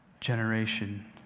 generation